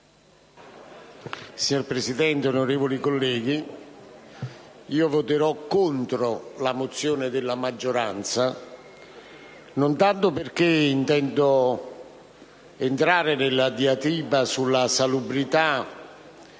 Signor Presidente, onorevoli colleghi, io voterò contro la mozione della maggioranza, non tanto perché intenda entrare nella diatriba sulla salubrità